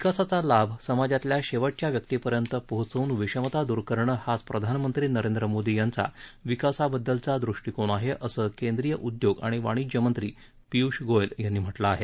विकासाचा लाभ समाजातल्या शेवटच्या व्यक्तिपर्यंत पोहोचवून विषमता दूर करणं हाच प्रधानमंत्री नरेंद्र मोदी यांचा विकासाबद्दलचा दृष्टीकोन आहे असं केंद्रीय उद्योग आणि वाणिज्य मंत्री पीयूष गोयल यांनी म्हटलं आहे